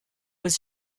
was